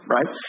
Right